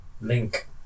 Link